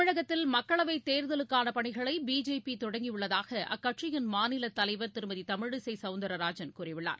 தமிழகத்தில் மக்களவை தேர்தலுக்கான பணிகளை பிஜேபி தொடங்கி உள்ளதாக அக்கட்சியின் மாநிலத் தலைவர் திருமதி தமிழிசை சவுந்தரராஜன் கூறியுள்ளார்